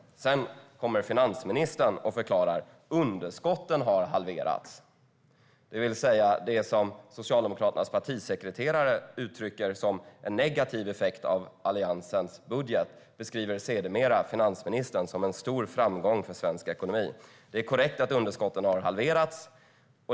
Sedan kommer finansministern och förklarar att underskotten har halverats. Det Socialdemokraternas partisekreterare uttrycker som en negativ effekt av Alliansens budget beskriver alltså sedermera finansministern som en stor framgång för svensk ekonomi. Det är korrekt att underskotten har halverats.